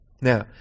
Now